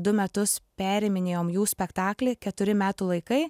du metus periminėjom jų spektaklį keturi metų laikai